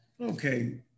Okay